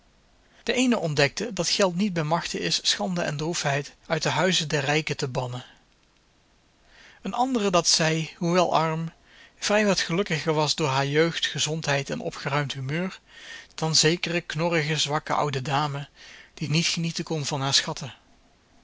de eene ontdekte dat geld niet bij machte is schande en droefheid uit de huizen der rijken te bannen een andere dat zij hoewel arm vrij wat gelukkiger was door haar jeugd gezondheid en opgeruimd humeur dan zekere knorrige zwakke oude dame die niet genieten kon van haar schatten